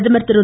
பிரதமர் திரு